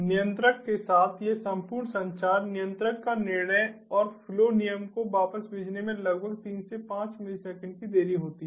नियंत्रक के साथ यह संपूर्ण संचार नियंत्रक का निर्णय और फ्लो नियम को वापस भेजने में लगभग 3 से 5 मिलीसेकेंड की देरी होती है